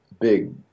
big